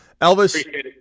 Elvis